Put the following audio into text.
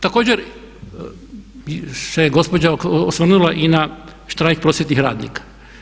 Također se gospođa osvrnula i na štrajk prosvjednih radnika.